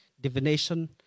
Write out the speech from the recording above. divination